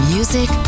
Music